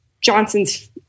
Johnson's